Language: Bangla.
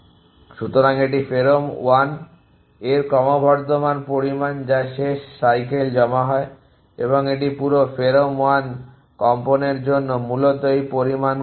তাহলে এটি ফেরোম1 এর ক্রমবর্ধমান পরিমাণ যা শেষ সাইকেল জমা হয় এবং এটি পুরো ফেরোম1 এর কম্পনের জন্য মূলত এই পরিমাণ কত